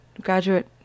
graduate